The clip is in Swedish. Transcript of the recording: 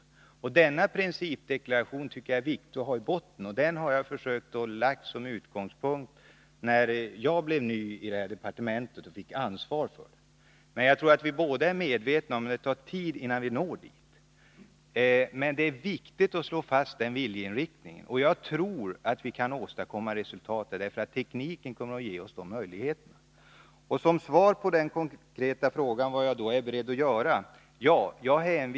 Jag tycker att det är viktigt att ha denna principdeklaration i botten. Jag har försökt att ha detta som utgångspunkt när jag kom till departementet och fick ansvar för de här frågorna. Jag tror att både Kerstin Anér och jag är medvetna om att det tar tid, innan vi når fram till en lösning. Det är emellertid viktigt att slå fast viljeinriktningen. Jag tror också att vi kan åstadkomma resultat, eftersom tekniken kommer att ge oss möjligheter. Som svar på den konkreta frågan om vad jag är beredd att göra vill jag säga följande.